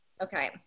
Okay